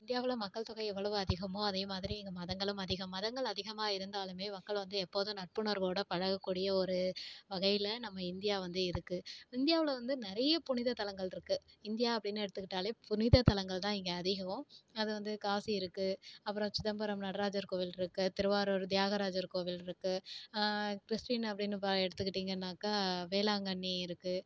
இந்தியாவில் மக்கள்தொகை எவ்வளவு அதிகமோ அதேமாதிரி இங்கே மதங்களும் அதிகம் மதங்கள் அதிகமாக இருந்தாலுமே மக்கள் வந்து எப்போதும் நட்புணர்வோடு பழகக்கூடிய ஒரு வகையில் நம்ம இந்தியா வந்து இருக்குது இந்தியாவில் வந்து நிறைய புனிதத் தலங்களிருக்கு இந்தியா அப்படின்னு எடுத்துக்கிட்டாலே புனிதத்தலங்கள் தான் இங்கே அதிகம் அது வந்து காசி இருக்குது அப்புறம் சிதம்பரம் நடராஜர் கோவிலிருக்கு திருவாரூர் தியாகராஜர் கோவிலிருக்கு கிறிஸ்டின் அப்படின்னு பா எடுத்துக்கிட்டிங்கன்னாக்கா வேளாங்கண்ணி இருக்குது